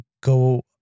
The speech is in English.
go